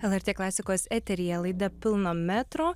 lrt klasikos eteryje laida pilno metro